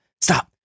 stop